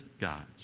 gods